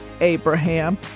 Abraham